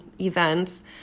events